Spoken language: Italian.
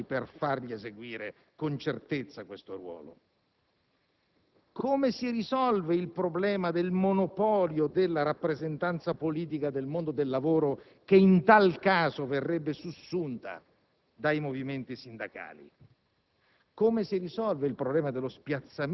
Quali princìpi costituzionali applichiamo ai soggetti sociali per fare eseguire loro con certezza questo ruolo? Come si risolve il problema del monopolio della rappresentanza politica del mondo del lavoro che in tal caso verrebbe sussunta